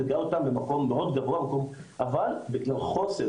דירגה אותן במקום מאוד גבוה אבל בגלל חוסר